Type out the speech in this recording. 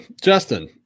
Justin